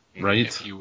Right